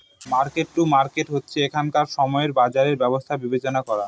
market to market হচ্ছে এখনকার সময় বাজারের ব্যবস্থা বিবেচনা করা